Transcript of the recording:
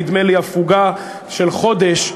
נדמה לי הפוגה של חודש,